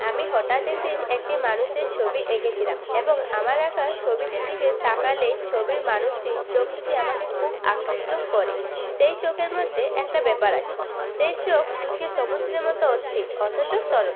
আমি হঠাৎ একদিন একটি মানুষের ছবি এঁকেছিলাম এবং আমার আঁকা ছবিটির দিকে তাকালে ছবির মানুষটির চোখ দুটি আমাকে খুব আকৃষ্ট করে সেই চোখের মধ্যে একটা ব্যাপার আছে সেই চোখ দুটি সমুদ্রের মত অস্থির অথচ সরল